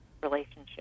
relationship